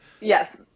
yes